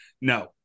no